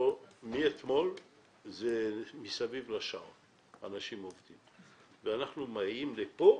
מאתמול אנשים עובדים מסביב לשעון ואנחנו באים ופה